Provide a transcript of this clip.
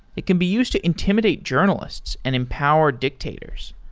it can be used to intimidate journalists and empower dictators.